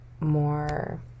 more